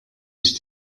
ich